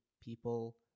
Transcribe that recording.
people